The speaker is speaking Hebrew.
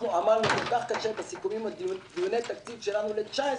אנחנו עמלנו כל כך קשה בסיכומי דיוני התקציב שלנו ל-2019